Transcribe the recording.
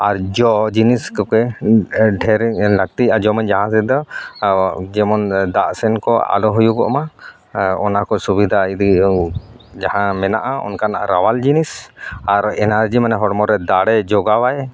ᱟᱨ ᱡᱚ ᱡᱤᱱᱤᱥ ᱠᱚᱜᱮ ᱰᱷᱮᱹᱨᱤᱧ ᱞᱟᱹᱠᱛᱤᱭᱟ ᱡᱚᱢᱟᱹᱧ ᱡᱟᱦᱟᱸ ᱛᱮᱫᱚ ᱚ ᱡᱮᱢᱚᱱ ᱫᱟᱜᱥᱮᱱ ᱠᱚ ᱟᱞᱚ ᱦᱩᱭᱩᱜᱚᱜᱢᱟ ᱚᱱᱟ ᱠᱚ ᱥᱩᱵᱤᱫᱟ ᱤᱫᱤ ᱡᱟᱦᱟᱸ ᱢᱮᱱᱟᱜᱼᱟ ᱚᱱᱠᱟᱱᱟᱜ ᱨᱟᱣᱟᱞ ᱡᱤᱱᱤᱥ ᱟᱨ ᱮᱱᱟᱡᱤ ᱢᱟᱱᱮ ᱦᱚᱲᱢᱚᱨᱮ ᱫᱟᱲᱮ ᱡᱚᱜᱟᱣᱟᱭ